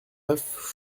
neuf